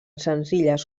senzilles